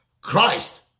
Christ